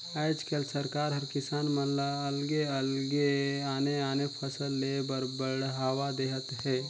आयज कायल सरकार हर किसान मन ल अलगे अलगे आने आने फसल लेह बर बड़हावा देहत हे